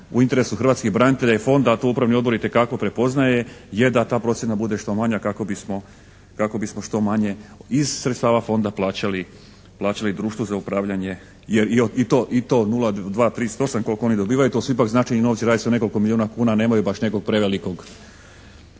u interesu hrvatskih branitelja je a i fonda a to upravni odbor itekako prepoznaje je da ta procjena bude što manja kako bismo što manje iz sredstava fonda plaćali društvo za upravljanje, jer i to 0238 to su ipak značajni novci, radi se o nekoliko milijuna kuna a nemaju baš nekog prevelikog